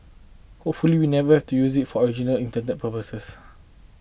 hopefully we never do you use it for original intend purposes